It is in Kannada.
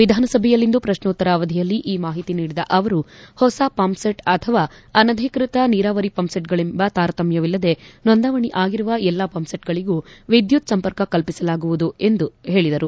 ವಿಧಾನಸಭೆಯಲ್ಲಿಂದು ಪ್ರಶ್ನೋತ್ತರ ಅವಧಿಯಲ್ಲಿ ಈ ಮಾಹಿತಿ ನೀಡಿದ ಅವರು ಹೊಸಪಂಪ್ ಸೆಟ್ ಅಥವಾ ಅನಧಿಕೃತ ನೀರಾವರಿ ಪಂಪ್ಸೆಟ್ಗಳೆಂಬ ತಾರತಮ್ಖವಿಲ್ಲದೆ ನೋಂದಾವಣಿ ಆಗಿರುವ ಎಲ್ಲಾ ಪಂಪ್ಸೆಟ್ಗಳಗೂ ವಿದ್ನುತ್ ಸಂಪರ್ಕ ಕಲ್ಪಿಸಲಾಗುವುದು ಎಂದರು